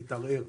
יתערער.